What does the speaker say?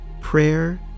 prayer